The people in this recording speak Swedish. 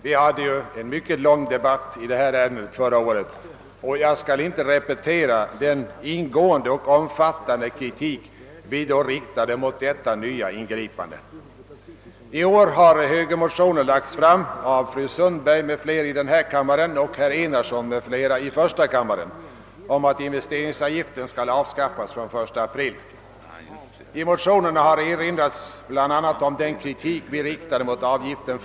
Vi hade en mycket lång debatt i detta ärende i fjol, och jag skall inte repetera den ingående och omfattande kritik vi då riktade mot detta nya ingripande. I år har väckts de likalydande högermotionerna 1I:329 av fru Sundberg m.fl. och I: 69 av herr Enarsson m.fl. om att investeringsavgiften skall avskaffas fr.o.m. den 1 april. I motionerna erinras om den kritik vi förra året framförde mot avgiften.